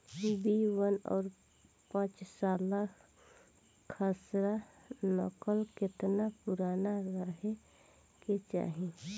B one और पांचसाला खसरा नकल केतना पुरान रहे के चाहीं?